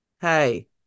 Hey